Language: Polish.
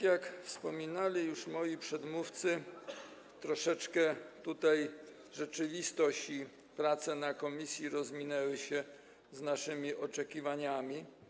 Jak wspominali już moi przedmówcy, troszeczkę rzeczywistość i praca w komisji rozminęły się z naszymi oczekiwaniami.